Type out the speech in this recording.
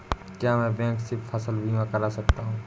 क्या मैं बैंक से फसल बीमा करा सकता हूँ?